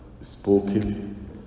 spoken